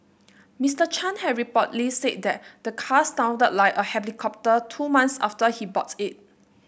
Mister Chan had reportedly said the the car sounded like a helicopter two months after he bought it